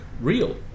real